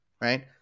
right